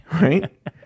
right